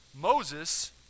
Moses